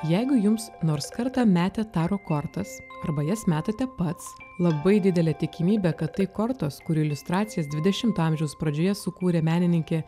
jeigu jums nors kartą metė taro kortas arba jas metate pats labai didelė tikimybė kad tai kortos kurių iliustracijas dvidešimto amžiaus pradžioje sukūrė menininkė